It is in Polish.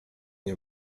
nie